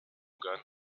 guns